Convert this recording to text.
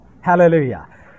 hallelujah